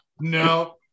no